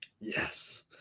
Yes